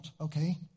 okay